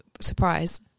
surprise